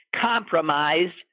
compromised